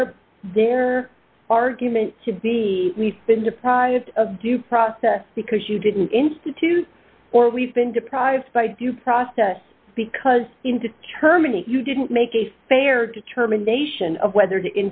there their argument should be we've been deprived of due process because you didn't institute or we've been deprived by due process because in determining you didn't make a fair determination of whether to